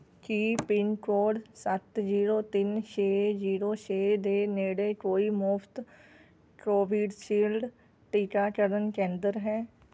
ਕੀ pincode ਸੱਤ zero ਤਿੰਨ ਛੇ ਜ਼ੀਰੋ ਛੇ ਦੇ ਨੇੜੇ ਕੋਈ ਮੁਫ਼ਤ ਕੋਵਿਡ ਸ਼ੀਲਡ ਟੀਕਾਕਰਨ ਕੇਂਦਰ ਹੈ